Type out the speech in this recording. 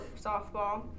softball